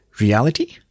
Reality